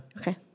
Okay